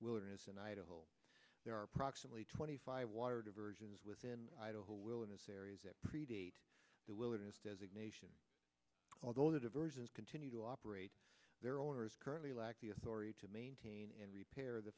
wilderness in idaho there are approximately twenty five water diversions within idaho wilderness areas that predate the wilderness designation although the diversions continue to operate their owners currently lack the authority to maintain and repair the